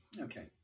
okay